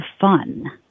fun